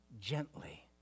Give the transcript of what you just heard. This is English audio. gently